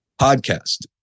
podcast